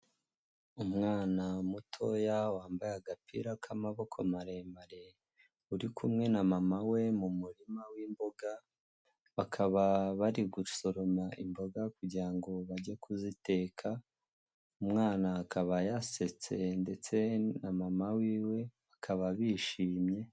Umwana mutoya wambaye agapira k'amaboko maremare, uri kumwe na mama we mu murima w'imboga, bakaba bari gusoroma imboga kugira ngo bajye kuziteka, umwana akaba yasetse ndetse na mama wiwe bakaba bishimye.